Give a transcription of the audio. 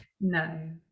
No